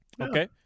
Okay